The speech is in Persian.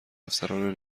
افسران